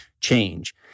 change